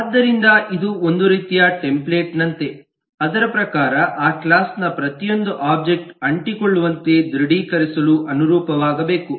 ಆದ್ದರಿಂದ ಇದು ಒಂದು ರೀತಿಯ ಟೆಂಪ್ಲೇಟ್ ನಂತೆ ಅದರ ಪ್ರಕಾರ ಆ ಕ್ಲಾಸ್ ನ ಪ್ರತಿಯೊಂದು ಒಬ್ಜೆಕ್ಟ್ ಅಂಟಿಕೊಳ್ಳುವಂತೆ ದೃಢಿಕರಿಸಲು ಅನುರೂಪವಾಗಬೇಕು